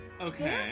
Okay